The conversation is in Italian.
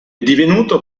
divenuto